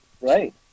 Right